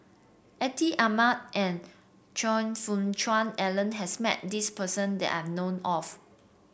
Atin Amat and Choe Fook Cheong Alan has met this person that I known of